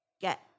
get